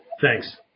Thanks